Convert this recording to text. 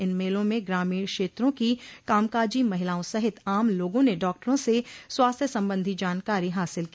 इन मेलों में ग्रामोण क्षेत्रों की कामकाजी महिलाओं सहित आम लोगों ने डाक्टरों से स्वास्थ्य संबंधी जानकारी हासिल की